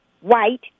white